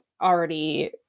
already